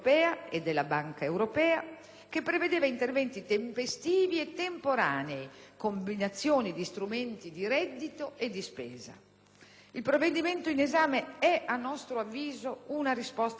che prevedeva interventi tempestivi e temporanei, combinazioni di strumenti di reddito e di spesa. Il provvedimento in esame è, a nostro avviso, una risposta adeguata all'attuale momento,